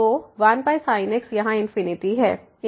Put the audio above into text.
तो 1sin x यहाँ है